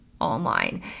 online